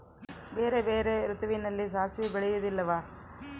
ಬೇರೆ ಬೇರೆ ಋತುವಿನಲ್ಲಿ ಸಾಸಿವೆ ಬೆಳೆಯುವುದಿಲ್ಲವಾ?